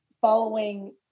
following